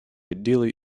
ideally